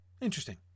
Interesting